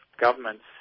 governments